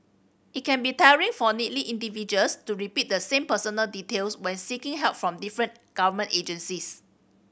it can be tiring for needy individuals to repeat the same personal details when seeking help from different government agencies